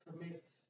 commit